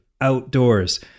outdoors